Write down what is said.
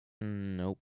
Nope